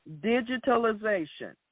Digitalization